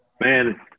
man